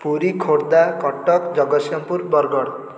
Puri Khordha Cuttack Jagatsinghpur Bargarh